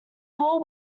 four